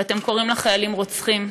ואתם קוראים לחיילים רוצחים.